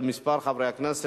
הצעות לסדר-היום מס'